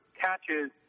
catches